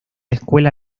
escuela